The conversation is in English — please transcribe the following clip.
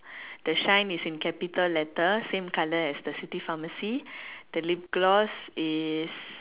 the shine is in capital letter same colour as the city pharmacy the lip gloss is